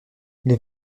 les